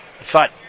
thought